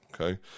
Okay